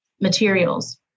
materials